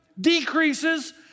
decreases